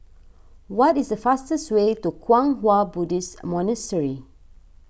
what is the fastest way to Kwang Hua Buddhist Monastery